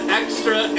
extra